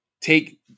take